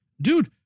Dude